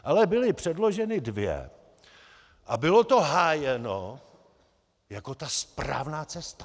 Ale byly předloženy dvě a bylo to hájeno jako ta správná cesta.